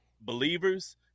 believers